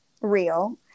real